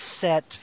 set